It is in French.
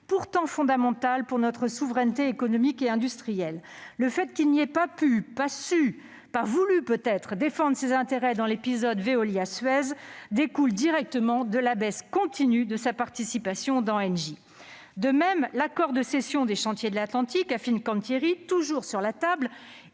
pourtant fondamentales pour notre souveraineté économique ou industrielle. Le fait qu'il n'ait pas pu, pas su ou pas voulu défendre ses intérêts dans l'épisode Véolia-Suez découle directement de la baisse continue de sa participation dans Engie. De même, l'accord de cession des Chantiers de l'Atlantique à Fincantieri, toujours sur la table,